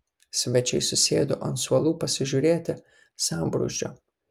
svečiai susėdo ant suolų pasižiūrėti sambrūzdžio